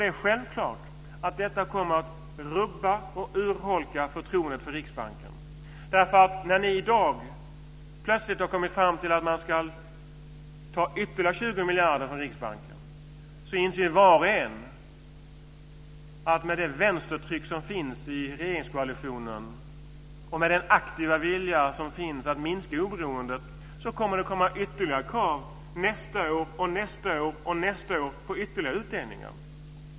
Det är självklart att detta kommer att rubba och urholka förtroendet för Riksbanken. När ni i dag plötsligt har kommit fram till att ta ytterligare 20 miljarder från Riksbanken, inser var och en att med det vänstertryck som finns i regeringskoalitionen och med den aktiva vilja som finns att minska oberoendet kommer det att komma fler krav år efter år på ytterligare utdelningar.